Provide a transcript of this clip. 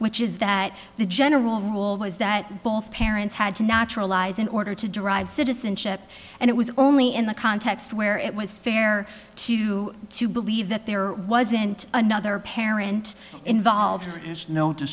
which is that the general rule was that both parents had to naturalize in order to derive citizenship and it was only in the context where it was fair to to believe that there wasn't another parent involve